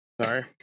Sorry